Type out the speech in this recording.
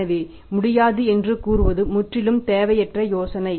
எனவே முடியாது என்று கூறுவது முற்றிலும் தேவையற்ற யோசனை